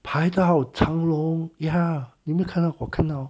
排到长龙 ya 你没有看到我看到